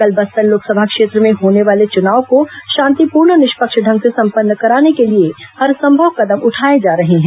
कल बस्तर लोकसभा क्षेत्र में होने वाले चुनाव को शांतिपूर्ण और निष्पक्ष ढंग से संपन्न कराने के लिए हरसंभव कदम उठाए जा रहे हैं